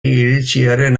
iritziaren